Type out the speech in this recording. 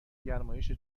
گرمایش